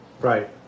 Right